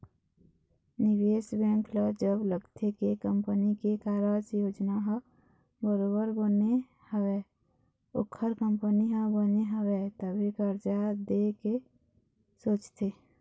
निवेश बेंक ल जब लगथे के कंपनी के कारज योजना ह बरोबर बने हवय ओखर कंपनी ह बने हवय तभे करजा देय के सोचथे